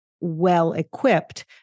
well-equipped